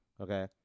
Okay